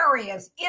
areas